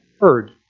heard